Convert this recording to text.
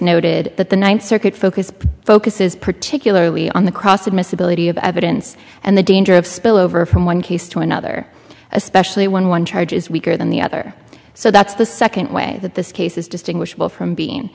noted that the ninth circuit focus focuses particularly on the cross admissibility of evidence and the danger of spillover from one case to another especially when one charge is weaker than the other so that's the second way that this case is distinguishable from being